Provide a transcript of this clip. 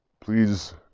please